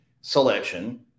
selection